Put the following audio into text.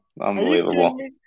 Unbelievable